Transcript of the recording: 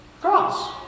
Cross